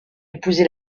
épousé